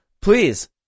Please